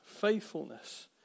faithfulness